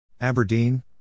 Aberdeen